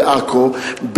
בעכו,